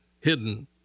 hidden